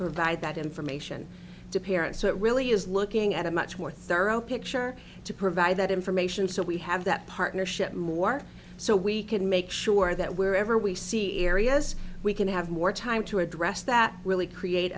provide that information to parents so it really is looking at a much more thorough picture to provide that information so we have that partnership more so we can make sure that wherever we see areas we can have more time to address that really create